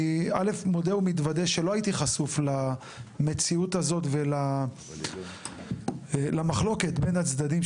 אני מודה ומתוודה שלא הייתי חשוף למציאות הזאת ולמחלוקת בין הצדדים,